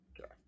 Okay